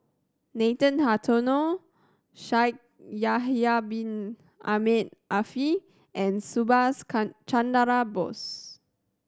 Nathan Hartono Shaikh Yahya Bin Ahmed Afifi and Subhas Chandra Bose